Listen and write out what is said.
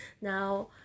now